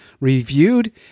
reviewed